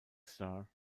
star